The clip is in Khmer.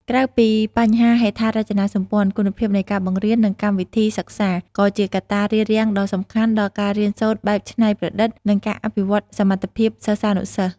ក្រៅពីបញ្ហាហេដ្ឋារចនាសម្ព័ន្ធ គុណភាពនៃការបង្រៀន និងកម្មវិធីសិក្សា ក៏ជាកត្តារារាំងដ៏សំខាន់ដល់ការរៀនសូត្របែបច្នៃប្រឌិត និងការអភិវឌ្ឍសមត្ថភាពសិស្សានុសិស្ស។